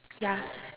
ya